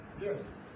Yes